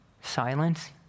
silence